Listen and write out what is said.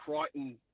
Crichton